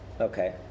Okay